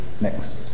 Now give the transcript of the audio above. next